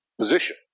position